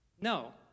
No